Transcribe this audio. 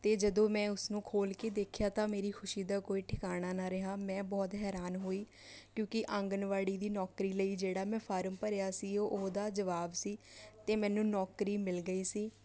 ਅਤੇ ਜਦੋਂ ਮੈਂ ਉਸਨੂੰ ਖੋਲ੍ਹ ਕੇ ਦੇਖਿਆ ਤਾਂ ਮੇਰੀ ਖੁਸ਼ੀ ਦਾ ਕੋਈ ਠਿਕਾਣਾ ਨਾ ਰਿਹਾ ਮੈਂ ਬਹੁਤ ਹੈਰਾਨ ਹੋਈ ਕਿਉਂਕਿ ਆਂਗਣਵਾੜੀ ਦੀ ਨੌਕਰੀ ਲਈ ਜਿਹੜਾ ਮੈਂ ਫਾਰਮ ਭਰਿਆ ਸੀ ਉਹ ਉਹਦਾ ਜਵਾਬ ਸੀ ਅਤੇ ਮੈਨੂੰ ਨੌਕਰੀ ਮਿਲ ਗਈ ਸੀ